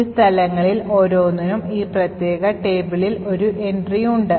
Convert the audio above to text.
ഈ സ്ഥലങ്ങളിൽ ഓരോന്നിനും ഈ പ്രത്യേക പട്ടികയിൽ ഒരു എൻട്രി ഉണ്ട്